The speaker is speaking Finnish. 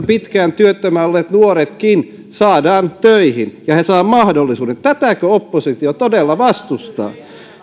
pitkään työttömänä olleet nuoretkin saadaan töihin ja he saavat mahdollisuuden tätäkö oppositio todella vastustaa